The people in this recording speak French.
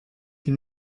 une